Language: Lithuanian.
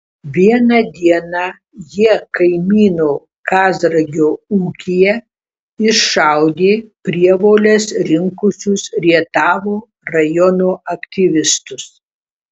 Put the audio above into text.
vieną dieną jie kaimyno kazragio ūkyje iššaudė prievoles rinkusius rietavo rajono aktyvistus